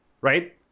right